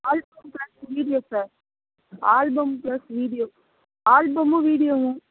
album plus video sir album plus video ஆல்பமும் வீடியோவும்